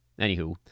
Anywho